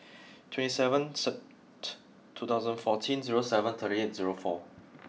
twenty seven Sept two thousand fourteen zero seven thirty eight zero four